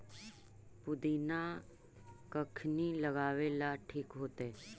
पुदिना कखिनी लगावेला ठिक होतइ?